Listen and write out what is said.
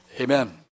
amen